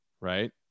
right